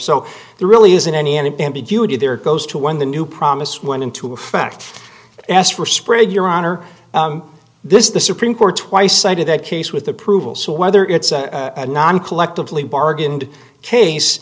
so there really isn't any any ambiguity there goes to when the new promise went into effect asked for spread your honor this is the supreme court twice cited that case with approval so whether it's a non collectively bargained case